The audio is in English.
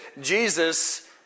Jesus